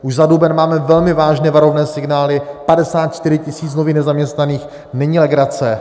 Už za duben máme velmi vážné varovné signály 54 tisíc nových nezaměstnaných není legrace.